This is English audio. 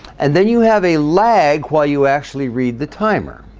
and then you have a lag while you actually read the timer